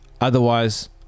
otherwise